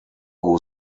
who